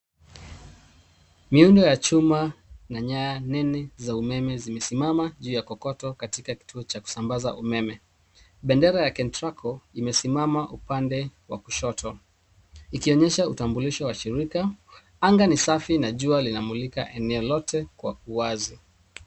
Miundo ya chuma na nyaya za umeme zimesimama juu ya kokoto katika kituo cha kusambaza umeme. Bendera ya kentraco imesimama upande wa kushoto ikionyesha utambulisho wa shirika. anga ni safi na jua linamulika eneo lote kwa kuwazi.